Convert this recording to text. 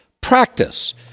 practice